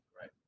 Right